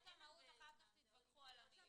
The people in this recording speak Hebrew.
המהות, אחר כך תתווכחו על המילים.